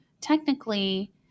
technically